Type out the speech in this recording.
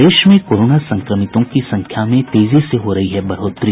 प्रदेश में कोरोना संक्रमितों की संख्या में तेजी से हो रही बढोतरी